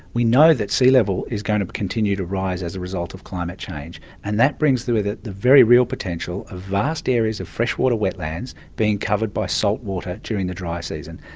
we know that sea level is going to continue to rise as a result of climate change, and that brings with it the very real potential of vast areas of freshwater wetlands being covered by salt water during the dry season.